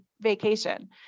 vacation